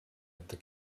jätta